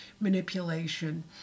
manipulation